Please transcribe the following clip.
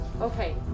Okay